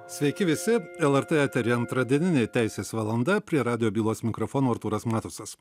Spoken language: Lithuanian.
sveiki visi lrt eteryje antradieninė teisės valanda prie radijo bylos mikrofono artūras matusas